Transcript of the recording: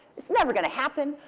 it's never going to happen.